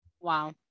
Wow